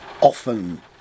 often